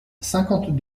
cinquante